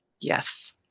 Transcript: yes